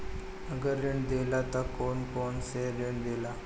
अगर ऋण देला त कौन कौन से ऋण देला?